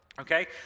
Okay